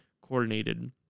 coordinated